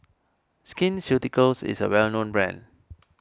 Skin Ceuticals is a well known brand